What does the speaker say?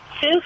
two